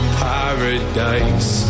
paradise